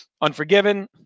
Unforgiven